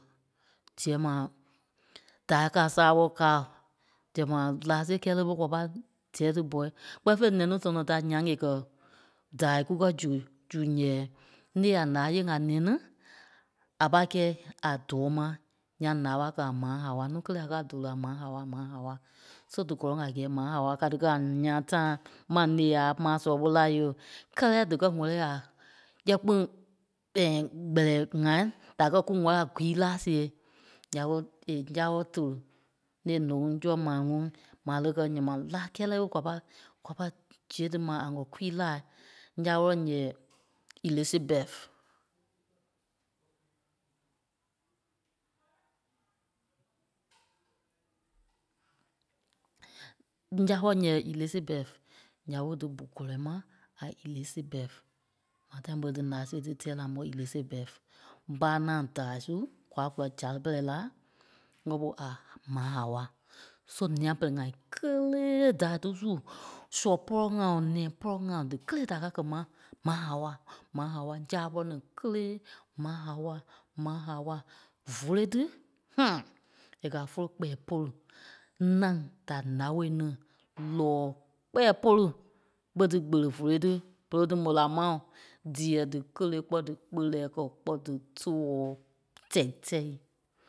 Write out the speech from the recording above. Diyɛɛ ma da káa zaaɓɔlɔ kaa, diyɛɛ maa láa sia kɛɛ le ɓé kwa pai dɛɛ dípɔ kpɛ́ni fêi nɛni tɔnɔ da nyaŋ e kɛ́ daa kukɛ zu, zu nyɛɛi née a láa yèŋ a nɛni a pai kɛi a tɔɔ ma. Nyaŋ láa waa kɛ a Ma. Hawa, nuu kelee a ká dóli a Ma. Hawa, Ma. Hawa. So dí gɔlɔŋ a gɛɛ Ma. Hawa ka tí kɛ́ nyaa timeee maŋ née a maa sɔlɔ ɓô la yo. Kɛ́lɛ díkɛ wɛ̀li a yɛ̂ɛ kpîŋ Kpɛlɛɛ ŋai da kɛ́ kuŋ wɛ̀li a gwii láa see. Nya ɓe e ǹya wɔlɔ tóli née nóŋ surɔŋ maa ŋuŋ marê kɛ́ nyɛɛi mai, láa kɛlɛ ɓe kwa pai kwa pai zee dí mai a ŋɔ kwii láa. Ǹya wɔlɔ nyɛɛi, Elizabeth. Ǹya wɔlɔ nyɛɛi Elizabeth, nya ɓé dípu kɔlɔi mai a Elizabeth. Maa tâi ɓe dí náa siɣe tí tɛ́ɛ la pɔ Elizabeth. Mɓa ŋaŋ daai su kwa kùla sale pɛrɛ la ŋgɛ bɔ a Ma Hawa. So nia-pɛ́lɛ ŋai kéleeee daai tí su sɔ pɔlɔ ŋai, nɛ pɔlɔ ŋai díkelee da ka kɛ́ mai Ma Hawa, Ma Hawa ǹya ɓɔlɔ ní kélee Ma Hawa, Ma Hawa vóloi tí é kɛ́ a voloi kpɛɛ polu. Ǹâŋ da nao ní lɔɔ kpɛ̀ɛ pôlu kpé tí kpele vóloi tí berei dí mó la mai ooo. Díyɛɛ dí kélee kpɔ́ kpelɛɛ kɛ́ kpɔ́ dí tɔɔ tɛ̂ tɛ̂i.